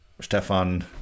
Stefan